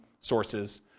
sources